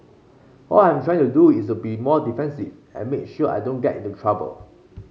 all I am trying to do is be more defensive and make sure I don't get into trouble